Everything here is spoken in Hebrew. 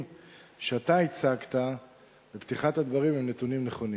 שאתה הצגת בפתיחת הדברים הם נתונים נכונים.